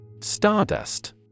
Stardust